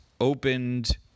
opened